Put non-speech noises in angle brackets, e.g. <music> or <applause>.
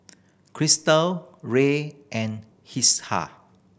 Cristal Ray and <unintelligible>